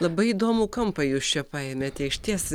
labai įdomų kampą jūs čia paėmėte išties